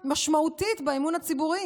משמעותית באמון הציבורי.